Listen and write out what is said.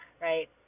right